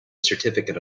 certificate